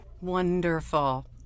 Wonderful